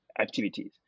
activities